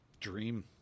dream